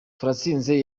turatsinze